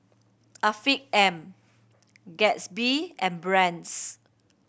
Afiq M Gatsby and Brand's